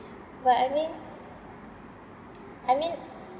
but I mean I mean